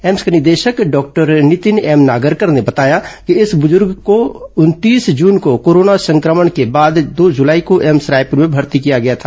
AIIMS के निदेशक doctor Nitin M Nagarkar ने बताया कि इस ब्रज़ुर्ग मरीज को उनतीस जून को कोरोना संक्रमण के बाद दो जुलाई को एम्स रायपुर में भर्ती किया गया था